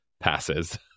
passes